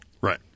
Right